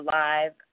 live